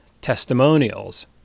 testimonials